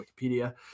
wikipedia